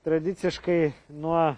tradiciškai nuo